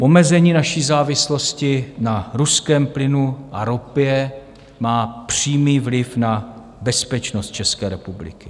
Omezení naší závislosti na ruském plynu a ropě má přímý vliv na bezpečnost České republiky.